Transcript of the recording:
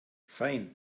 fein